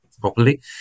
properly